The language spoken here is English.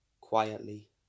Quietly